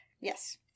yes